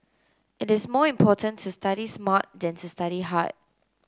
it is more important to study smart than to study hard